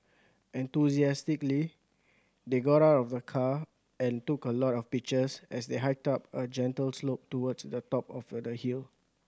enthusiastically they got out of the car and took a lot of pictures as they hiked up a gentle slope towards the top of a the hill